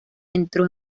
entró